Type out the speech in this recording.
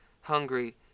hungry